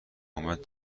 اومد